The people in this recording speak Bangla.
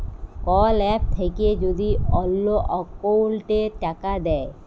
কল এপ থাক্যে যদি অল্লো অকৌলটে টাকা দেয়